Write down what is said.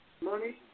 Money